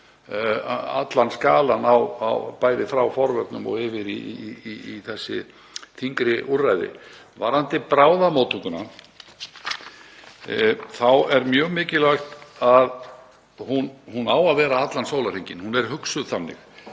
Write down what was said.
allan skalann, frá forvörnum og yfir í þessi þyngri úrræði. Varðandi bráðamóttökuna þá er mjög mikilvægt að hún sé opin allan sólarhringinn, hún er hugsuð þannig.